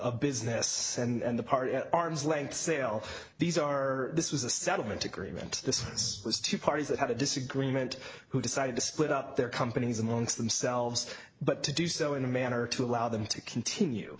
a business and the part at arm's length sale these are this was a settlement agreement this was two parties that had a disagreement who decided to split up their companies amongst themselves but to do so in a manner to allow them to continue